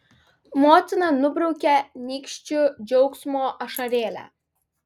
motina nubraukia nykščiu džiaugsmo ašarėlę